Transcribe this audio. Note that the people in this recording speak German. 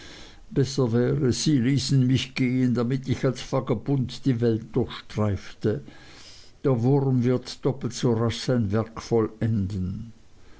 besser wäre sie ließen mich gehen damit ich als vagabund die welt durchstreifte der wurm wird doppelt so rasch sein werk vollenden